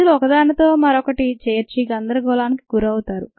ప్రజలు ఒకదానితో ఒకటి చేర్చి గందరగోళానికి గురవుతారు